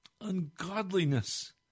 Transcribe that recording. ungodliness